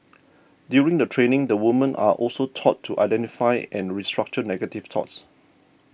during the training the women are also taught to identify and restructure negative thoughts